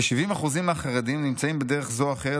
"כ-70% מהחרדים נמצאים בדרך זו או אחרת